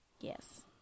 Yes